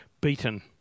beaten